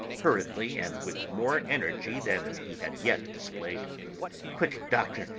hurriedly, and with more energy than he had yet displayed quick, doctor,